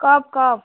कब कब